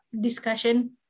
discussion